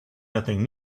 nothing